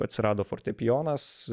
atsirado fortepijonas